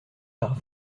par